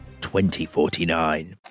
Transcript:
2049